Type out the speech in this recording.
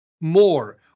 more